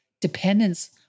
dependence